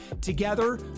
Together